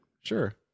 Sure